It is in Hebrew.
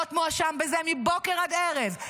להיות מואשם בזה מבוקר עד ערב,